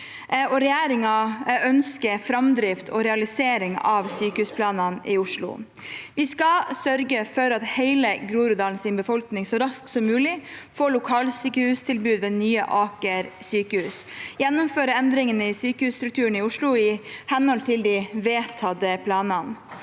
regjeringen ønsker framdrift og realisering av sykehusplanene i Oslo. Vi skal sørge for at hele Groruddalens befolkning så raskt som mulig får lokalsykehustilbud ved Nye Aker sykehus, og gjennomføre endringene i sykehusstrukturen i Oslo i henhold til de vedtatte planene.